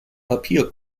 papier